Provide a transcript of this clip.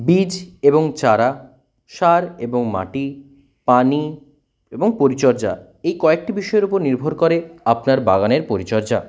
বীজ এবং চারা সার এবং মাটি পানি এবং পরিচর্যা এই কয়েকটি বিষয়ের উপর নির্ভর করে আপনার বাগানের পরিচর্যা